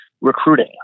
recruiting